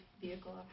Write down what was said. vehicle